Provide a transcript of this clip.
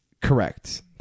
Correct